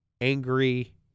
angry